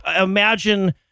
imagine